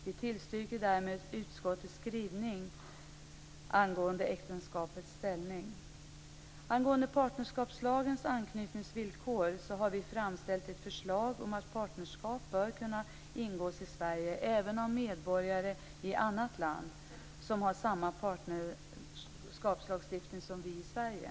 Vi tillstyrker därmed utskottets skrivning angående äktenskapets ställning. Vad gäller partnerskapslagens anknytningsvillkor har vi framställt ett förslag om att partnerskap bör kunna ingås i Sverige även av medborgare i annat land som har samma partnerskapslagstiftning som Sverige.